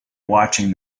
watching